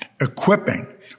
equipping